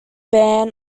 ban